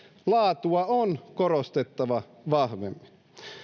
laatua on korostettava vahvemmin